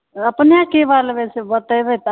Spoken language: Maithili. अपने की भाव लेबै से बतैबै तब